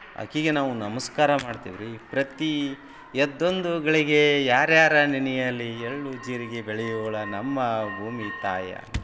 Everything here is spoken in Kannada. ಆಕೆಗೆ ನಾವು ನಮಸ್ಕಾರ ಮಾಡ್ತೇವೆ ರೀ ಪ್ರತಿ ಎದ್ದೊಂದು ಗಳಿಗೆ ಯಾರು ಯಾರ ನೆನೆಯಲಿ ಎಳ್ಳು ಜೀರಿಗೆ ಬೆಳೆಯೋಳ ನಮ್ಮ ಭೂಮಿತಾಯ